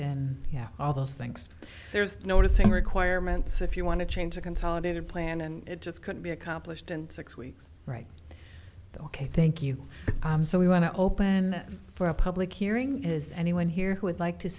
and yeah all those things there's noticing requirements if you want to change a consolidated plan and it just couldn't be accomplished in six weeks right ok thank you so we want to open for a public hearing is anyone here who would like to